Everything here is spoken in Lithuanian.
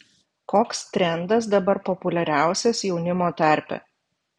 koks trendas dabar populiariausias jaunimo tarpe